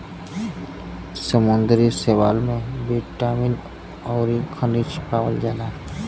समुंदरी शैवाल में बिटामिन अउरी खनिज पावल जाला